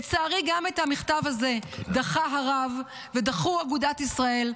לצערי גם את המכתב הזה דחה הרב ודחו אגודת ישראל,